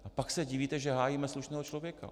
A pak se divíte, že hájíme slušného člověka.